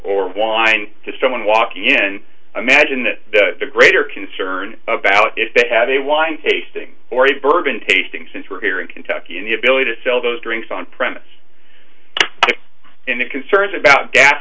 or wine to someone walking and imagine that the greater concern about if they have a wine tasting already bourbon tasting since we're here in kentucky and the ability to sell those drinks on premise and it concerns about gas